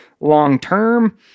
long-term